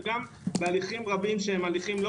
וגם בהליכים רבים אחרים שהם הליכים לא